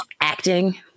acting